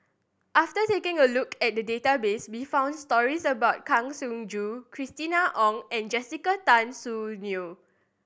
after taking a look at the database we found stories about Kang Siong Joo Christina Ong and Jessica Tan Soon Neo